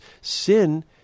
sin